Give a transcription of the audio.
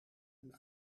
een